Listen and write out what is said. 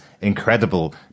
incredible